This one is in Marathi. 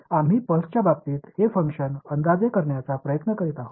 आम्ही पल्सच्या बाबतीत हे फंक्शन अंदाजे करण्याचा प्रयत्न करीत आहोत